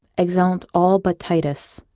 exeunt all but titus